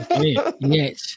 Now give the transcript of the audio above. Yes